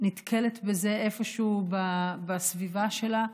נתקלת בזה איפשהו בסביבה שלה,